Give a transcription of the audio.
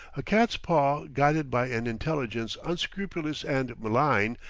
a cat's-paw guided by an intelligence unscrupulous and malign,